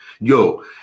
Yo